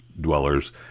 dwellers